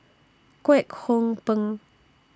Kwek Hong Png